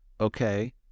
Okay